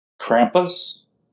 Krampus